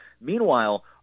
Meanwhile